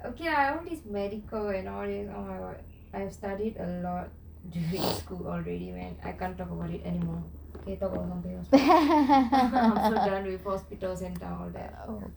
okay lah all this medical and all this oh my god I've studied a lot during school already man I can't talk about it anymore okay talk about can we talk about something else I'm so done with hospitals and all that